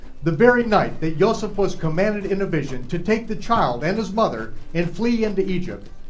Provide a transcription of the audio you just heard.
the very night that yoseph was commanded in a vision to take the child and his mother and flee into egypt,